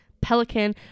pelican